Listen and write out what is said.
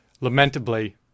Lamentably